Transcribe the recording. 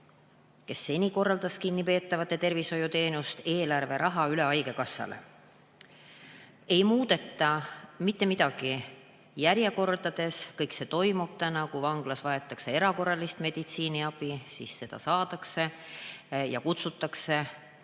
kes seni korraldas kinnipeetavate tervishoiuteenust, eelarveraha üle haigekassale. Ei muudeta mitte midagi järjekordades. Kõik see toimub täna. Kui vanglas vajatakse erakorralist meditsiiniabi, siis seda saadakse ja kutsutakse